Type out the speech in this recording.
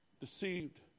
deceived